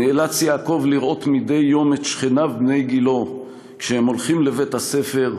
נאלץ יעקב לראות מדי יום את שכניו בני גילו כשהם הולכים לבית-הספר,